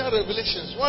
revelations